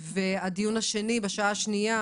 החלק השני של הישיבה יהיה